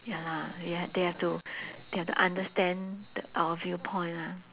ya lah ya they have to they have to understand th~ our viewpoint lah